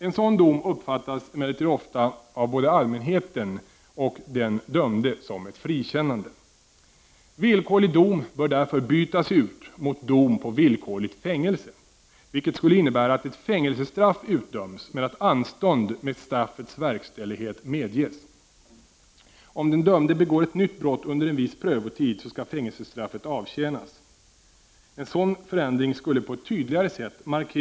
En sådan dom uppfattas emellertid ofta av både allmänheten och den dömde som ett frikännande. Villkorlig dom bör därför bytas ut mot dom på villkorligt fängelse, vilket skulle innebära att ett fängelsestraff utdöms men att anstånd med straffets verkställighet medges. Om den dömde begår ett nytt brott under en viss prövotid skall fängelsestraf fet avtjänas. En sådan förändring skulle på ett tydligare sätt markera att do — Prot.